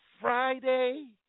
Friday